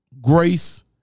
grace